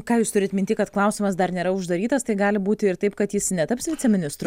ką jūs turit minty kad klausimas dar nėra uždarytas tai gali būti ir taip kad jis netaps viceministru